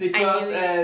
I knew it